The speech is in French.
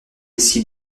ici